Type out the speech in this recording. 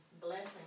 blessing